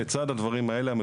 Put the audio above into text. לצד הדברים האלה,